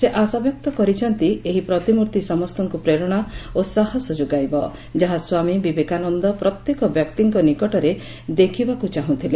ସେ ଆଶାବ୍ୟକ୍ତ କରିଛନ୍ତି ଏହି ପ୍ରତିମର୍ତି ସମସ୍ତଙ୍କୁ ପ୍ରେରଣା ଓ ସାହସ ଯୋଗାଇବ ଯାହା ସ୍ୱାମୀ ବିବେକାନନ୍ଦ ପ୍ରତ୍ୟେକ ବ୍ୟକ୍ତିଙ୍କ ନିକଟରେ ଦେଖିବାକୁ ଚାହୁଁଥିଲେ